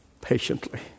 patiently